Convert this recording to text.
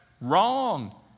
Wrong